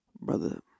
Brother